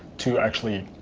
to actually